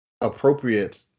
appropriate